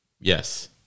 Yes